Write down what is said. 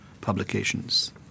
publications